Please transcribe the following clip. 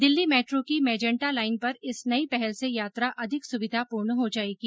Delhi metro की magenta line पर इस नई पहल से यात्रा अधिक सुविधापूर्ण हो जायेगी